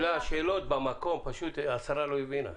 השאלות במקום, פשוט השרה לא הבינה.